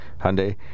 Hyundai